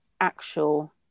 actual